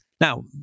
now